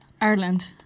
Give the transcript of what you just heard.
Ireland